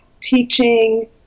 teaching